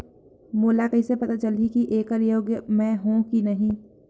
मोला कइसे पता चलही की येकर योग्य मैं हों की नहीं?